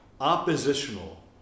oppositional